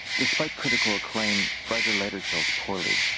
despite critical acclaim, brighter later sells poorly.